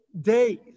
days